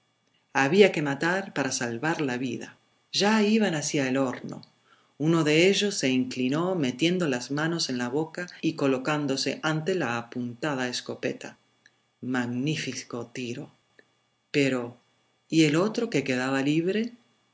había que matar para salvar la vida ya iban hacia el horno uno de ellos se inclinó metiendo las manos en la boca y colocándose ante la apuntada escopeta magnífico tiro pero y el otro que quedaba libre